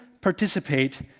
participate